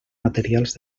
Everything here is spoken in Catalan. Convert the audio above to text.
materials